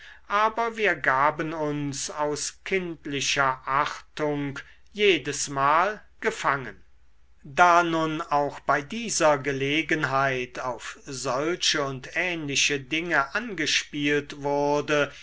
aber wir gaben uns aus kindlicher achtung jedesmal gefangen da nun auch bei dieser gelegenheit auf solche und ähnliche dinge angespielt wurde